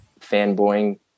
fanboying